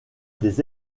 des